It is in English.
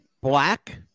black